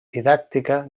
didàctica